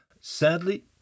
Sadly